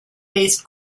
based